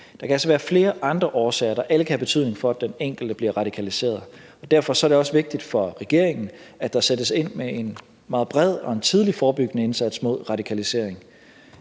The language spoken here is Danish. Der kan altså være flere andre årsager, der alle kan have betydning for, at den enkelte bliver radikaliseret. Og derfor er det også vigtigt for regeringen, at der sættes ind med en meget bred og en tidlig forebyggende indsats mod radikalisering.